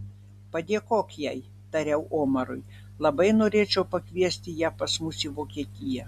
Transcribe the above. padėkok jai tariau omarui labai norėčiau pakviesti ją pas mus į vokietiją